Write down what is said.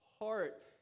heart